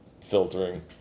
filtering